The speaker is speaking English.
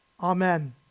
Amen